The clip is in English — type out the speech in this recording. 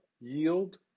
Yield